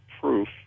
proof